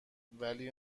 ولی